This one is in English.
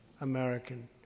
American